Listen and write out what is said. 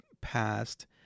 passed